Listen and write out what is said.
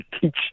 teach